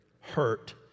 hurt